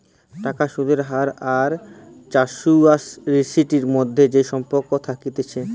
টাকার সুদের হার আর ম্যাচুয়ারিটির মধ্যে যে সম্পর্ক থাকতিছে